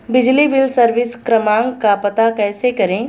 बिजली bill service क्रमांक का पता कैसे करें?